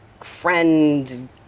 friend